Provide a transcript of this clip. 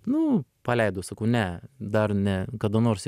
nu paleidau sakau ne dar ne kada nors